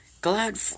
Glad